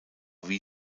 wie